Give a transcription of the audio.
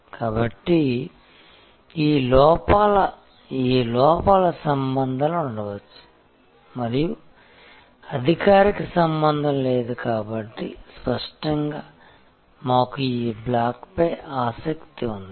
కాబట్టి ఈ లోపల సంబంధాలు ఉండవచ్చు మరియు అధికారిక సంబంధం లేదు కాబట్టి స్పష్టంగా మాకు ఈ బ్లాక్పై ఆసక్తి ఉంది